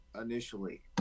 initially